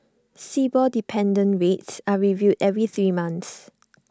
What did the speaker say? Sibor dependent rates are reviewed every three months